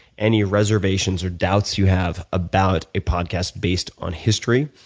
any reservations or doubts you have about a podcast based on history.